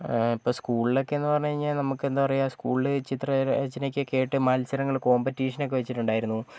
ഇപ്പോൾ സ്കൂളിലൊക്കെന്നു പറഞ്ഞ് കഴിഞ്ഞാൽ നമുക്ക് എന്താ പറയാ സ്കൂളിൽ ചിത്ര രചനയ്ക്കൊക്കെയായിട്ട് മത്സരങ്ങൾ കോമ്പറ്റീഷനൊക്കെ വെച്ചിട്ടുണ്ടായിരുന്നു